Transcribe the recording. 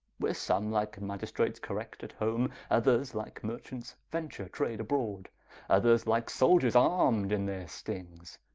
where some like magistrates correct at home others, like merchants venter trade abroad others, like souldiers armed in their stings,